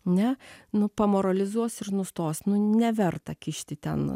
ne nu pamoralizuos ir nustos nu neverta kišti ten